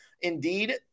Indeed